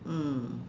mm